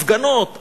הפגנות,